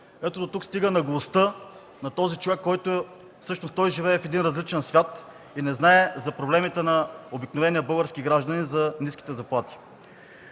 Ето дотук стига наглостта на този човек, който всъщност живее в един различен свят и не знае за проблемите на обикновения български гражданин, за ниските заплати.